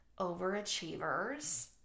overachievers